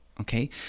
Okay